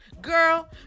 Girl